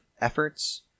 efforts